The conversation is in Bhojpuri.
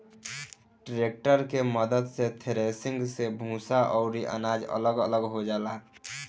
ट्रेक्टर के मद्दत से थ्रेसिंग मे भूसा अउरी अनाज अलग अलग हो जाला